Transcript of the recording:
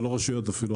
זה לא רשויות אפילו,